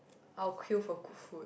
I'll queue for food